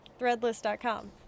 Threadless.com